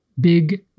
big